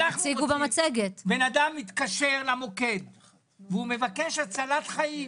בן אדם מתקשר למוקד והוא מבקש הצלת חיים,